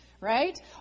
right